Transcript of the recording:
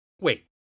Wait